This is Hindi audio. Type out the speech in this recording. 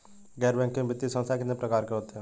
गैर बैंकिंग वित्तीय संस्थान कितने प्रकार के होते हैं?